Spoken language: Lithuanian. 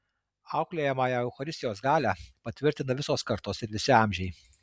auklėjamąją eucharistijos galią patvirtina visos kartos ir visi amžiai